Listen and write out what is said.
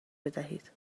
بدهید